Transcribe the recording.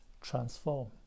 transform